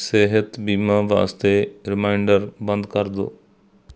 ਸਿਹਤ ਬੀਮਾ ਵਾਸਤੇ ਰੀਮਾਈਂਡਰ ਬੰਦ ਕਰ ਦਿਉ